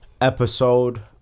episode